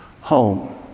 home